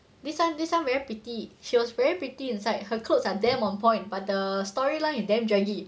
this one this one very pretty she was very pretty inside her clothes are damn on point but the storyline is very draggy